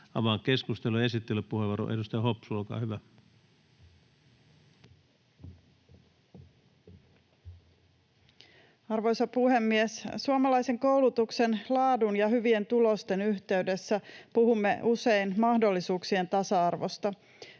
Avaan keskustelun. Esittelypuheenvuoro, edustaja Hopsu, olkaa hyvä. Arvoisa puhemies! Suomalaisen koulutuksen laadun ja hyvien tulosten yhteydessä puhumme usein mahdollisuuksien tasa-arvosta: